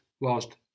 Whilst